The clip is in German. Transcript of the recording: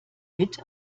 mit